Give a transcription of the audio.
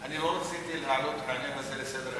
אני לא רציתי להעלות את העניין הזה לסדר-היום,